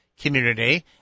community